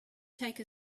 take